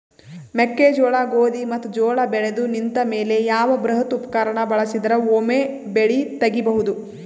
ಮೆಕ್ಕೆಜೋಳ, ಗೋಧಿ ಮತ್ತು ಜೋಳ ಬೆಳೆದು ನಿಂತ ಮೇಲೆ ಯಾವ ಬೃಹತ್ ಉಪಕರಣ ಬಳಸಿದರ ವೊಮೆ ಬೆಳಿ ತಗಿಬಹುದು?